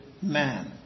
man